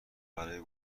برای